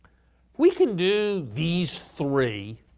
we can do these three